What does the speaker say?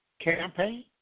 campaign